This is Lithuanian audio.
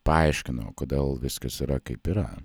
paaiškino kodėl viskas yra kaip yra